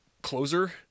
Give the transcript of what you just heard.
closer